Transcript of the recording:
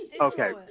Okay